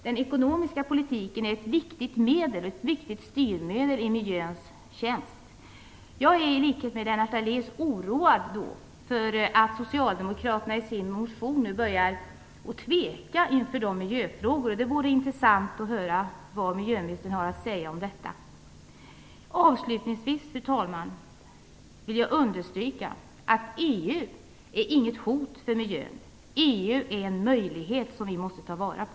Den ekonomiska politiken är ett viktigt styrmedel i miljöns tjänst. Jag är i likhet med Lennart Daléus oroad över att Socialdemokraterna i sin motion börjat tveka i miljöfrågorna. Det vore intressant att få höra vad miljöministern har att säga om detta. Fru talman! Avslutningsvis vill jag understryka att EU inte utgör något hot för miljön. EU är en möjlighet som vi måste ta vara på.